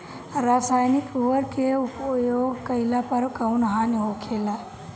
रसायनिक उर्वरक के उपयोग कइला पर कउन हानि होखेला?